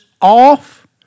off